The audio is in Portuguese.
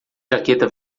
jaqueta